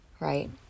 right